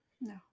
No